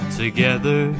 together